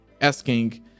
asking